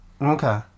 Okay